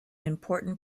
important